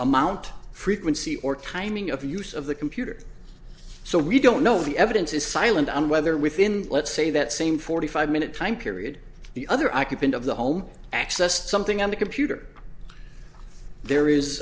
amount frequency or timing of use of the computer so we don't know the evidence is silent on whether within let's say that same forty five minute time period the other occupant of the home accessed something on the computer there is